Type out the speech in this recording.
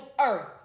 earth